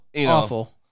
Awful